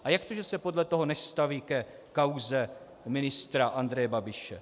A jak to, že se podle toho nestaví ke kauze ministra Andreje Babiše?